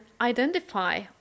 identify